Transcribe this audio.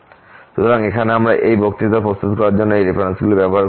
সুতরাং এখানে আমরা এই বক্তৃতা প্রস্তুত করার জন্য রেফারেন্স ব্যবহার করেছি